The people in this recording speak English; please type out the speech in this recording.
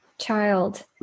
child